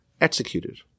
executed